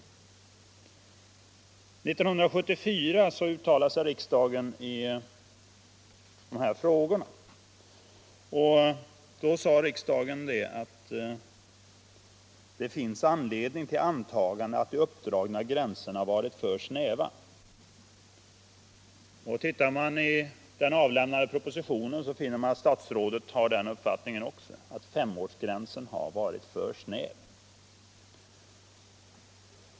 1974 uttalade sig riksdagen i de här frågorna och sade då, att det finns anledning till antagande att de uppdragna gränserna varit för snäva. Tittar man i den avlämnade propositionen finner man att statsrådet också har uppfattningen att femårsgränsen har varit för snäv.